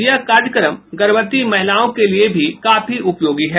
यह कार्यक्रम गर्भवती महिलाओं के लिए भी काफी उपयोगी है